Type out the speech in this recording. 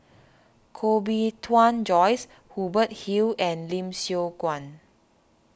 Koh Bee Tuan Joyce Hubert Hill and Lim Siong Guan